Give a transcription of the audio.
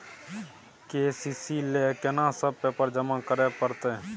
KCC ल केना सब पेपर जमा करै परतै?